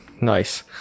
nice